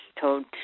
told